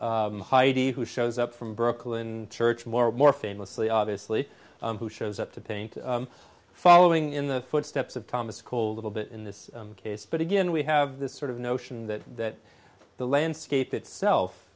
brush heidi who shows up from brooklyn church more and more famously obviously who shows up to paint following in the footsteps of thomas called little bit in this case but again we have this sort of notion that the landscape itself